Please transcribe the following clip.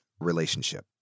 relationship